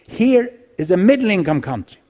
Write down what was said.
here is a middle income country.